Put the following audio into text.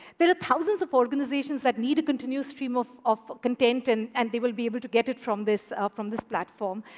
there are thousands of organizations that need a continuous stream of of content, and and they will be able to get it from this ah from this platform.